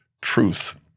truth